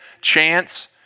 chance